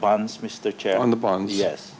bonds mr chair on the bond yes